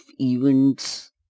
events